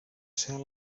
ser